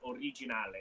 Originale